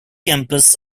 campus